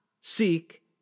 seek